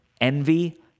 envy